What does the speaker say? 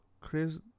Chris